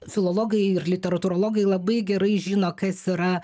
filologai ir literatūrologai labai gerai žino kas yra